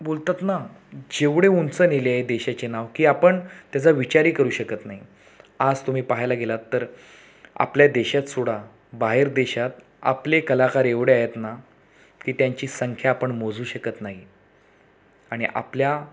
बोलतात ना जेवढे उंच नेले आहे देशाचे नाव की आपण त्याचा विचारही करू शकत नाही आज तुम्ही पाहायला गेलात तर आपल्या देशात सोडा बाहेर देशात आपले कलाकार एवढे आहेत ना की त्यांची संख्या आपण मोजू शकत नाही आणि आपल्या